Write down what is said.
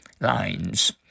lines